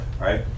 right